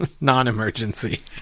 Non-emergency